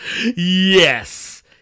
Yes